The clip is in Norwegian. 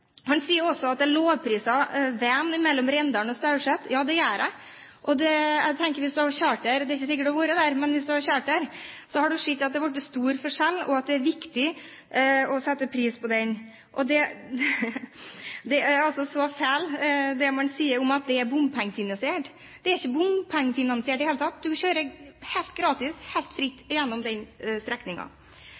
Han sa også at jeg lovpriser veien mellom Rendalen og Staurset. Ja, det gjør jeg. Det er ikke sikkert du har vært der, men hvis du har kjørt der, har du sett at det har blitt stor forskjell, og at det er viktig å sette pris på den. Det er feil det man sier om at den er bompengefinansiert. Den er ikke bompengefinansiert i det hele tatt. Du kjører helt gratis, helt fritt, gjennom den